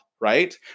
right